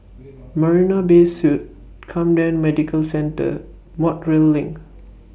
Marina Bay Suites Camden Medical Centre Montreal LINK